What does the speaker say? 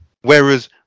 Whereas